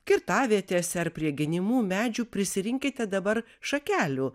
kirtavietėse ar prie genimų medžių prisirinkite dabar šakelių